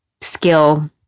skill